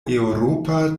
eŭropa